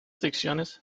secciones